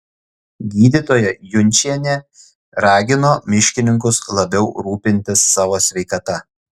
gydytoja junčienė ragino miškininkus labiau rūpintis savo sveikata